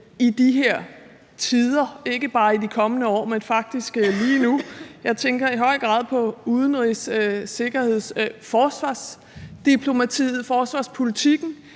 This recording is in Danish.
i de her tider, ikke bare i de kommende år, men faktisk lige nu. Jeg tænker i høj grad på udenrigs-, sikkerheds- og forsvarsdiplomatiet, forsvarspolitikken